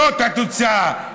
זאת התוצאה.